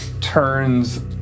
turns